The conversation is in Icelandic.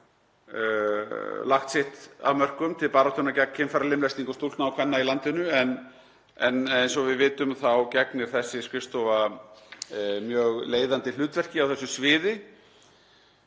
lagt sitt af mörkum til baráttunnar gegn kynfæralimlestingum stúlkna og kvenna í landinu. En eins og við vitum þá gegnir þessi skrifstofa mjög leiðandi hlutverki á þessu sviði.